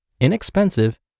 inexpensive